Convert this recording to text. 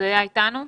הודיה איתנו?